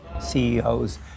ceos